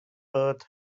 earth